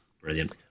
brilliant